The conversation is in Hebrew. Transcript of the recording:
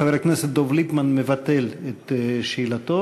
חבר הכנסת דב ליפמן מבטל את שאלתו.